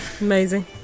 amazing